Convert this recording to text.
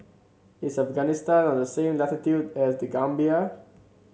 is Afghanistan on the same latitude as The Gambia